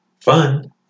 Fun